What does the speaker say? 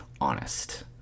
honest